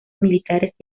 militares